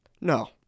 No